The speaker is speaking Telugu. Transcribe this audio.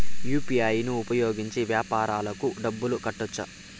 యు.పి.ఐ ను ఉపయోగించి వ్యాపారాలకు డబ్బులు కట్టొచ్చా?